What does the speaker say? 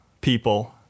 people